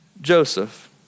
Joseph